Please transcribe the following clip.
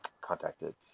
contacted